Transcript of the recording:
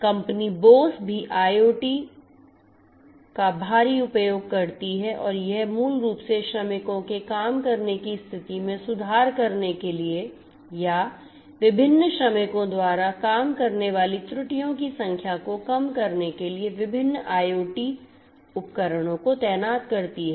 company Bose भी IoT का भारी उपयोग करती है और यह मूल रूप से श्रमिकों के काम करने की स्थिति में सुधार करने के लिए या विभिन्न श्रमिकों द्वारा काम करने वाली त्रुटियों की संख्या को कम करने के लिए विभिन्न IoT उपकरणों को तैनात करती है